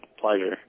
pleasure